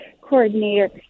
coordinator